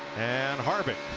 and harvick,